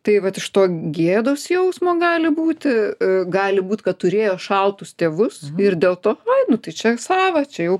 tai vat iš to gėdos jausmo gali būti gali būt kad turėjo šaltus tėvus ir dėl to ai nu tai čia sava čia jau